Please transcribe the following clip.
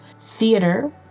theater